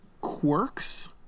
quirks